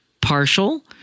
partial